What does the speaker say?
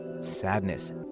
sadness